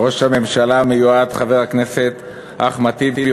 ראש הממשלה המיועד חבר הכנסת אחמד טיבי,